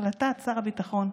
החלטת שר הביטחון,